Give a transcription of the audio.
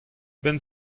benn